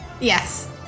Yes